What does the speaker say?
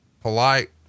polite